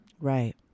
Right